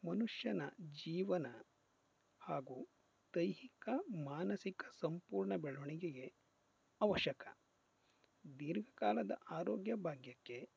ಮನುಷ್ಯನ ಜೀವನ ಹಾಗೂ ದೈಹಿಕ ಮಾನಸಿಕ ಸಂಪೂರ್ಣ ಬೆಳವಣಿಗೆಗೆ ಅವಶ್ಯಕ ದೀರ್ಘಕಾಲದ ಆರೋಗ್ಯ ಭಾಗ್ಯಕ್ಕೆ